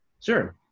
Sure